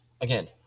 again